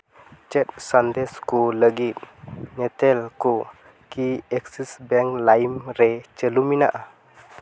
ᱪᱮᱫ ᱥᱟᱸᱫᱮᱥ ᱠᱚ ᱞᱟᱹᱜᱤᱫ ᱧᱮᱛᱮᱞ ᱠᱚ ᱠᱤ ᱮᱠᱥᱤᱥ ᱵᱮᱝᱠ ᱞᱟᱭᱤᱢ ᱨᱮ ᱪᱟᱹᱞᱩ ᱢᱮᱱᱟᱜᱼᱟ